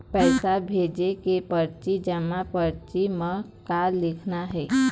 पैसा भेजे के परची जमा परची म का लिखना हे?